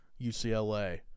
UCLA